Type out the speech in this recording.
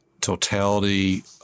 totality